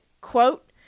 quote